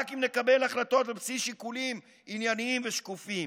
רק אם נקבל החלטות על בסיס שיקולים ענייניים ושקופים,